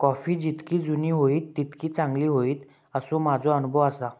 coffee जितकी जुनी होईत तितकी चांगली होईत, असो माझो अनुभव आसा